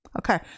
okay